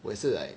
我也是 like